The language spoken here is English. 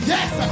Yes